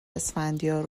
اسفندیار